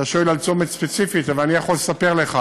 אתה שואל על צומת ספציפי, אבל אני יכול לספר לך